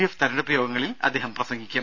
F തെരഞ്ഞെടുപ്പ് യോഗങ്ങളിൽ അദ്ദേഹം പ്രസംഗിക്കും